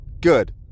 Good